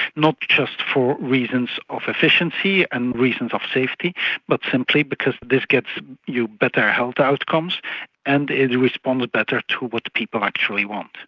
not just for reasons of efficiency and reasons of safety but simply because this gets you better health outcomes and it responds better to what people actually want.